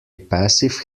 passive